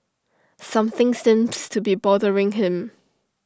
something seems to be bothering him